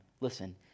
listen